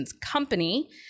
company